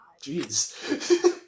Jeez